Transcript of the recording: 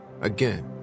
Again